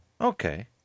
Okay